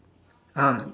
ah